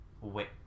Wait